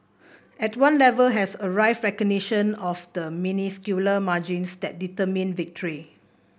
at one level has arrived recognition of the minuscule margins that determine victory